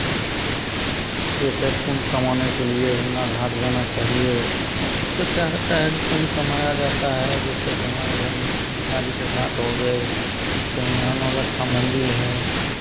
जैसे पुण्य कमाने के लिए गंगा घाट जाना चाहिए उससे क्या होता है कि पुण्य कमाया जाता है जैसे कि हमारे गंगा जी के घाट हो गए चाहे यहाँ नौलक्खा मंदिर है